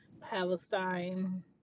Palestine